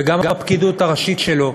וגם הפקידות הראשית שלו,